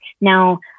Now